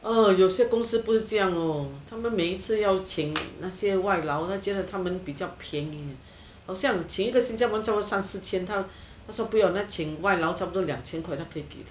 嗯有些公司不是这样哦他们一每次要请那些外劳觉得他们比较便宜好像请一个新加坡人差不多三四千他说不要请外劳差不多两千块他可以